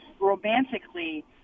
romantically